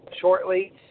shortly